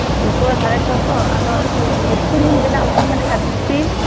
ᱨᱩᱯᱟᱹ ᱥᱟᱲᱮ ᱪᱷᱚ ᱥᱚ ᱟᱫᱚ ᱦᱤᱨᱯᱤᱱ ᱵᱮᱱᱟᱣ ᱦᱚᱪᱚᱧ ᱢᱮᱱᱮᱫ ᱠᱟᱱ ᱦᱤᱨᱯᱤᱱ